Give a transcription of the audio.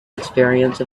experience